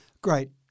Great